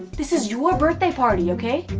this is your birthday party, okay?